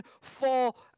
fall